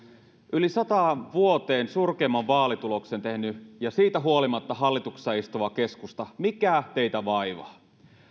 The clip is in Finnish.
yli sataan vuoteen surkeimman vaalituloksen tehnyt ja siitä huolimatta hallituksessa istuva keskusta mikä teitä vaivaa